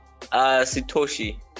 satoshi